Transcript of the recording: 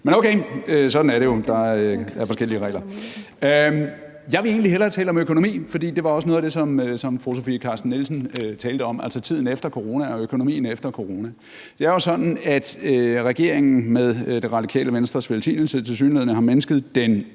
Men okay, sådan er det jo – der er forskellige regler. Jeg vil egentlig hellere tale om økonomi, for det var også noget af det, som fru Sofie Carsten Nielsen talte om, altså tiden efter corona og økonomien efter corona. Det er jo sådan, at regeringen med Det radikale Venstres velsignelse tilsyneladende har mindsket den